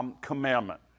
commandment